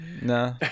Nah